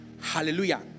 Hallelujah